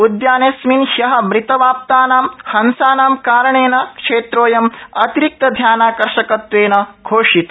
उद्यानेऽस्मिन् ह्य मृतावाप्तानां हंसानां कारणेन क्षेत्रोऽयं अतिरिक्त ध्यानाकर्षकत्वेन घोषित